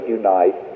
unite